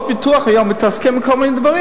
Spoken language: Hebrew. הביטוח מתעסקות היום עם כל מיני דברים,